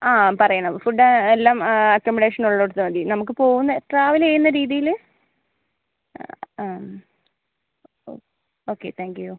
ആ പറയുന്നത് ഫുഡ് എല്ലാം ആക്കമഡേഷൻ ഉള്ളടത്ത് മതി നമുക്ക് പോകുന്ന ട്രാവൽ ചെയ്യുന്ന രീതിയിൽ ഓക്കെ താങ്ക്യൂ